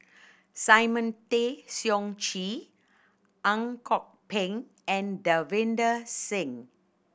Simon Tay Seong Chee Ang Kok Peng and Davinder Singh